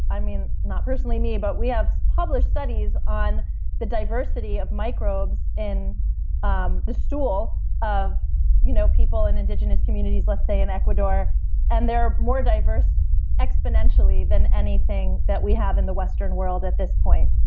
not personally me, but we have published studies on the diversity of microbes in um the stool of you know people in indigenous communities let's say in ecuador and they're more diverse exponentially than anything that we have in the western world at this point.